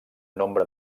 nombre